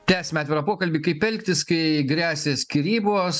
tęsiame atvirą pokalbį kaip elgtis kai gresia skyrybos